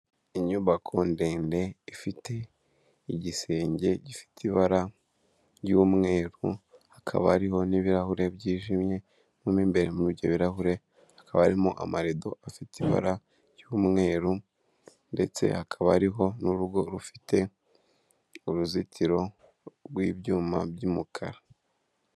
Inyubako ndende ifite igisenge gifite ibara ry'umweru, hakaba hariho n'ibirahuri byijimye, mo imbere muri ibyo birahure hakaba harimo amarido afite ibara ry'umweru ndetse hakaba hariho n'urugo rufite uruzitiro rw'ibyuma by'umukara.